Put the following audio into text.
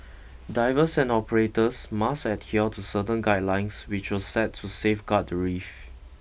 divers and operators must adhere to certain guidelines which were set to safeguard the reef